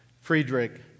Friedrich